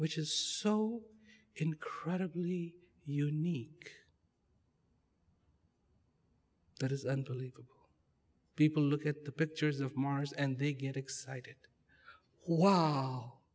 which is so incredibly unique that is unbelievable people look at the pictures of mars and they get excited